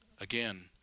Again